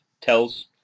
tells